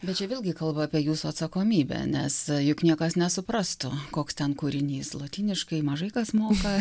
bet čia vėlgi kalba apie jūsų atsakomybę nes juk niekas nesuprastų koks ten kūrinys lotyniškai mažai kas moka